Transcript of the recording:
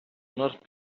earth